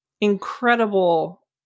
incredible